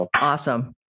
Awesome